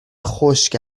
خشک